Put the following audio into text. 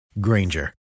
Granger